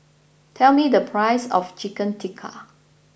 tell me the price of Chicken Tikka